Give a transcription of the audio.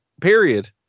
Period